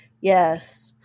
Yes